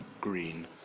Green